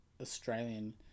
australian